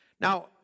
Now